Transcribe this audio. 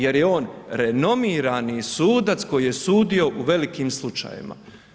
Jer je on renomirani sudac koji je sudio u velikim slučajevima.